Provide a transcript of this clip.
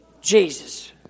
Jesus